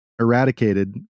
eradicated